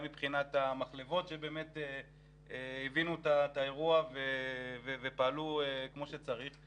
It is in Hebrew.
מבחינת המחלבות שבאמת הבינו את האירוע ופעלו כמו שצריך.